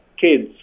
kids